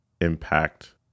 impact